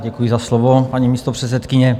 Děkuji za slovo, paní místopředsedkyně.